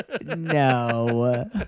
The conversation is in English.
No